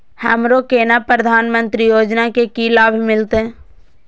हमरो केना प्रधानमंत्री योजना की लाभ मिलते?